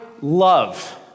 love